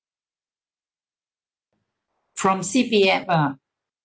from C_P_F ah